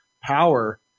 power